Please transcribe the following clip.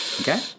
Okay